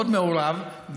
מאוד מעורב,